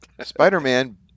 Spider-Man